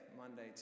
Monday